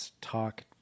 talk